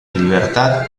libertad